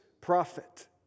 prophet